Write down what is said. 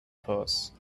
purse